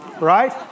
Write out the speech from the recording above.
Right